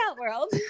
world